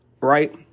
right